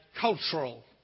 cultural